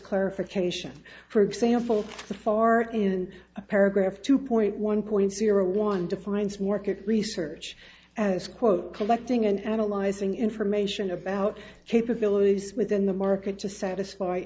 clarification for example the fart in a paragraph or two point one point zero one defines market research as quote collecting and analyzing information about capabilities within the market to satisfy